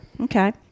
okay